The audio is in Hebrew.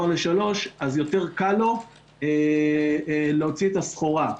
ל-3 אז יותר קל לו להוציא את הסחורה.